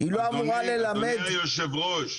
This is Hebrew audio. --- אדוני יושב הראש,